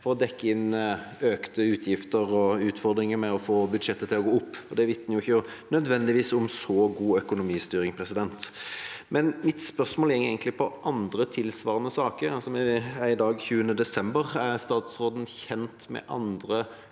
for å dekke inn økte utgifter og utfordringer med å få budsjettet til å gå opp. Det vitner ikke nødvendigvis om så god økonomistyring. Mitt spørsmål går egentlig på andre tilsvarende saker. Det er i dag 20. desember. Er statsråden kjent med andre,